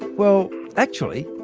well actually,